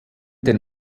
den